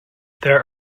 there